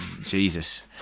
jesus